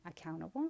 accountable